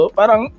parang